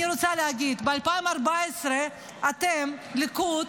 אני רוצה להגיד: ב-2014 אתם, הליכוד